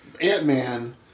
Ant-Man